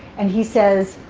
and he says,